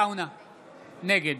נגד